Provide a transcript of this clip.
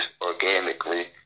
organically